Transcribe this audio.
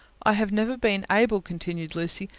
i have never been able, continued lucy,